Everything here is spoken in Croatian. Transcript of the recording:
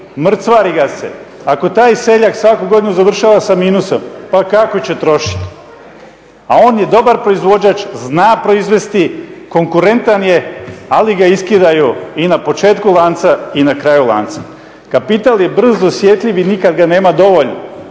mrcvari ga se, ako taj seljak svaku godinu završava sa minusom pa kako će trošiti. A on je dobar proizvođač, zna proizvesti, konkurentan je ali ga iskidaju i na početku lanca i na kraju lanca. Kapital je brz, osjetljiv i nikada ga nema dovoljno.